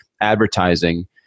advertising